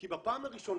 כי בפעם הראשונה